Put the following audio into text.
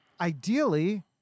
ideally